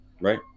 right